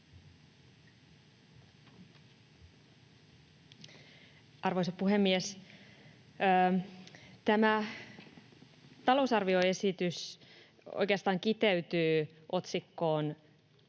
Arvoisa puhemies! Tämä talousarvioesitys oikeastaan kiteytyy yhteen